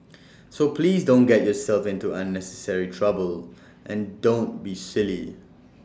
so please don't get yourself into unnecessary trouble and don't be silly